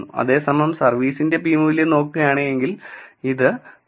അതേസമയം സർവീസിന്റെ p മൂല്യം നോക്കുകയാണെങ്കിൽ ഇത് 0